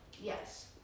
Yes